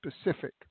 specific